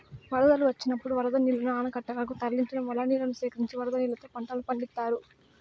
వరదలు వచ్చినప్పుడు వరద నీళ్ళను ఆనకట్టలనకు తరలించడం వల్ల నీళ్ళను సేకరించి వరద నీళ్ళతో పంటలను పండిత్తారు